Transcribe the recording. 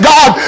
God